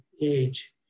age